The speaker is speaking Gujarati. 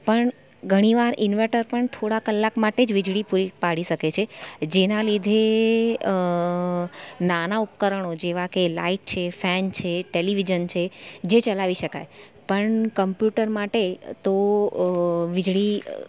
પણ ઘણી વાર ઈન્વર્ટર પણ થોડા કલાક માટે જ વીજળી પૂરી પાડી શકે છે જેના લીધે નાના ઉપકરણો જેવા કે લાઇટ છે ફેન છે ટેલિવિઝન છે જે ચલાવી શકાય પણ કોમ્પ્યુટર માટે તો વીજળી